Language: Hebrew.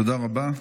תודה רבה.